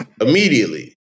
immediately